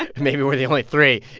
and maybe we're the only three.